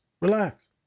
relax